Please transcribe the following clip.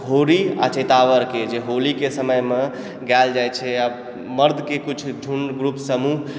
होडी अऽ चैतावरके जे होलीके समयमे गाएल जाइ छै आब मर्दके किछु झुण्ड ग्रुप समूह